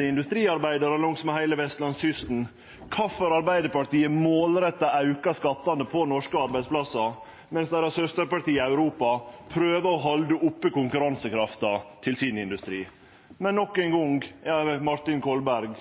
industriarbeidarar langsmed heile vestlandskysten kvifor Arbeidarpartiet målretta aukar skattane på norske arbeidsplassar, mens deira søsterparti i Europa prøver å halde oppe konkurransekrafta til industrien sin. Men nok ein gong er Martin Kolberg